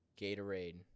Gatorade